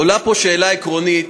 עולה פה שאלה עקרונית